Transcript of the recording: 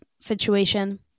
situation